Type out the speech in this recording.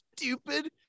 stupid